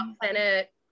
planet